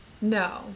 No